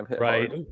Right